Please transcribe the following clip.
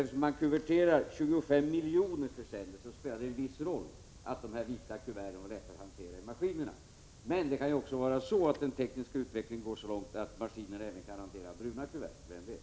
Eftersom man kuverterar 25 miljoner försändelser per år, spelar det en viss roll att de vita kuverten är lättare att hantera i maskinerna. Men det kan kanske bli så att den tekniska utvecklingen leder till att det blir lika lätt att hantera bruna kuvert — vem vet.